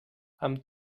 amb